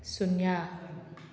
ꯁꯨꯟꯅ꯭ꯌꯥ